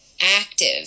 active